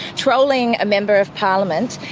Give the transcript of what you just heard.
trolling a member of parliament,